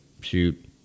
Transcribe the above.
shoot